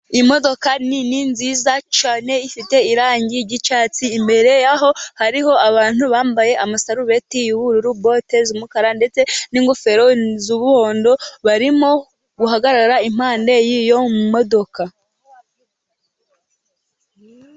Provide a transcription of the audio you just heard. Imodoka nini nziza cyane ifite irangi ry'icyatsi ,imbere yaho hariho abantu bambaye amasarubeti yubururu, bote z'umukara, ndetse n'ingofero z'umuhondo ,barimo guhagarara impande y'iyo modoka.